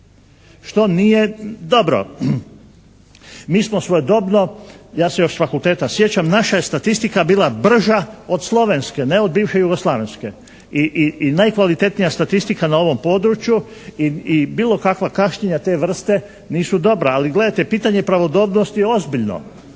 što nije dobro. Mi smo svojedobno ja se još sa fakulteta sjećam naša je statistika bila brža od slovenske, ne od bivše jugoslavenske i najkvalitetnija statistika na ovom području i bilo kakva kašnjenja te vrste nisu dobra. Ali gledajte, pitanje pravodobnosti je ozbiljno.